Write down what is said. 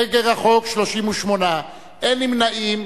נגד החוק, 38, אין נמנעים.